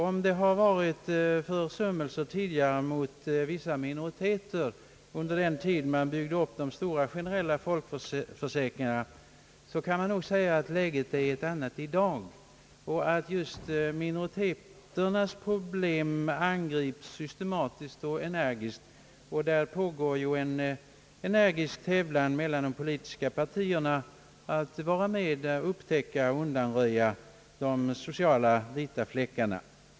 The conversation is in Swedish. Om det har förekommit försummelse mot vissa minoriteter under den tid man byggde upp de stora generella folkförsäkringarna, så kan det nog sägas att läget är ett helt annat i dag. Just minoriteternas problem angrips ju nu systematiskt och energiskt, och det pågår en intensiv tävlan mellan de politiska partierna om att vara med om att upptäcka och undanröja de sociala vita fläckarna.